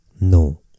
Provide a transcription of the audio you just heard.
No